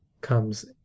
comes